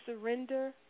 surrender